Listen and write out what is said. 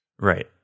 right